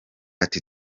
ati